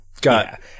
got